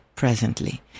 Presently